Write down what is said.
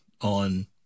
on